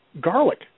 Garlic